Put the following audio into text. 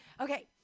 Okay